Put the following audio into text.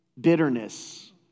Bitterness